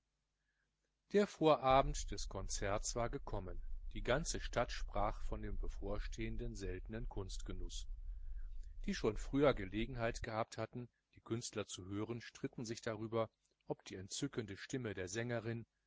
der vorabend des konzertes war gekommen die ganze stadt sprach von dem bevorstehenden seltenen kunstgenuß die schon früher gelegenheit gehabt hatten die künstler zu hören stritten darüber ob die entzückende stimme der sängerin